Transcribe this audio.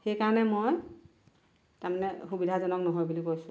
সেইকাৰণে মই তাৰমানে সুবিধাজনক নহয় বুলি কৈছোঁ